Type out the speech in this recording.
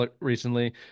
recently